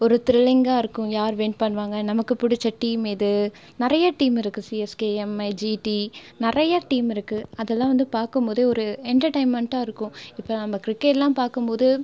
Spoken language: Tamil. ஒரு த்ரில்லிங்காக இருக்கும் யார் வின் பண்ணுவாங்க நமக்கு பிடிச்ச டீம் எது நிறைய டீம் இருக்குது சிஎஸ்கே எம்ஐ ஜிடி நெறைய டீம் இருக்குது அதெல்லாம் வந்து பார்க்கும் போதே ஒரு என்டர்டெயின்மெண்ட்டாக இருக்கும் இப்போ நம்ம கிரிக்கெட்டெல்லாம் பார்க்கும் போது